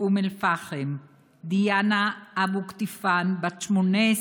מאום אל-פחם, דיאנה אבו קטיפאן, בת 18,